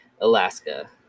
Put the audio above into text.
Alaska